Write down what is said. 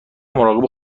مراقب